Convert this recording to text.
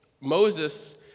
Moses